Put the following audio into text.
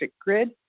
grid